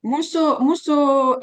mūsų mūsų